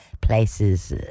places